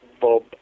bob